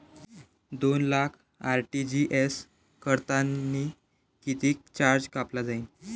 दोन लाख आर.टी.जी.एस करतांनी कितीक चार्ज कापला जाईन?